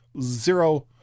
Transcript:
zero